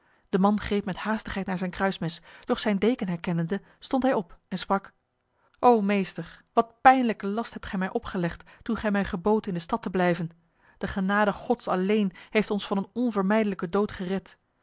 de man greep met haastigheid naar zijn kruismes doch zijn deken herkennende stond hij op en sprak o meester wat pijnlijke last hebt gij mij opgelegd toen gij mij geboodt in de stad te blijven de genade gods alleen heeft ons van een onvermijdelijke dood gered